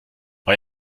war